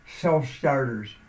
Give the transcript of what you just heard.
self-starters